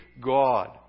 God